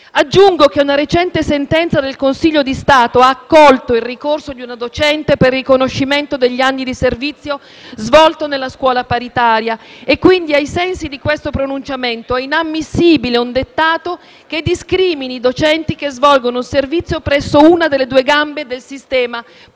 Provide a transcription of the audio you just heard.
Aggiungo che una recente sentenza del Consiglio di Stato ha accolto il ricorso di una docente per il riconoscimento degli anni di servizio svolti nella scuola paritaria e quindi, ai sensi di questo pronunciamento, è inammissibile un dettato che discrimini i docenti che svolgono servizio presso una delle due gambe del sistema pubblico